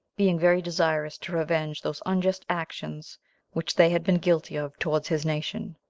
being very desirous to revenge those unjust actions which they had been guilty of towards his nation.